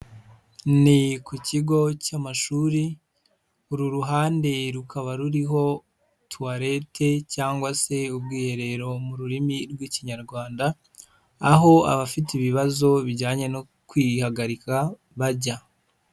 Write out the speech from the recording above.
Ni ku kigo cy'amashuri, uru ruhande rukaba ruriho tuwarete cyangwa se ubwiherero mu rurimi rw'Ikinyarwanda, aho abafite ibibazo bijyanye no kwihagarika bajya.